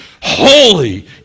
holy